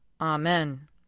Amen